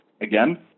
again